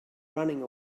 running